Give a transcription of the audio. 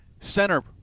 center